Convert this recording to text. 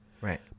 Right